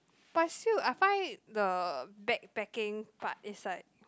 but still I find the bag packing part is like